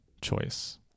choice